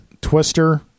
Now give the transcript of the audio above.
Twister